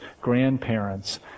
grandparents